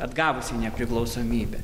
atgavusiai nepriklausomybę